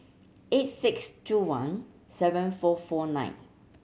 eight six two one seven four four nine